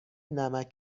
نمکـ